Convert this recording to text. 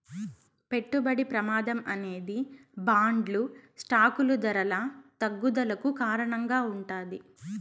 పెట్టుబడి ప్రమాదం అనేది బాండ్లు స్టాకులు ధరల తగ్గుదలకు కారణంగా ఉంటాది